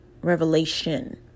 Revelation